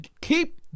keep